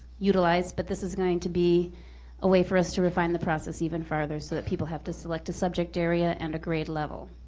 utilized, but this is going to be a way for us to refine the process even farther, so that people have to select a subject area and a grade level.